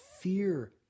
fear